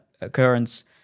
occurrence